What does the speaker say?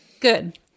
Good